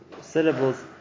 syllables